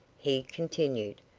he continued,